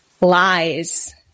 lies